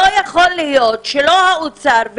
לא יכול להיות שלא משרד האוצר,